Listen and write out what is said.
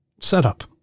setup